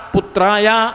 Putraya